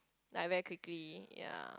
like very quickly ya